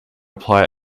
apply